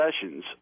sessions